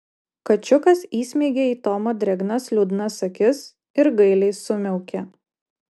kačiukas įsmeigė į tomą drėgnas liūdnas akis ir gailiai sumiaukė